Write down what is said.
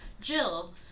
Jill